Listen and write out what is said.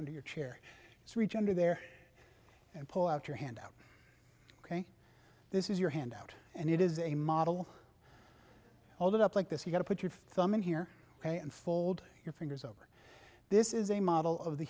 under your chair rejoinder there and pull out your hand out ok this is your hand out and it is a model hold it up like this you gotta put your thumb in here and fold your fingers over this is a model of the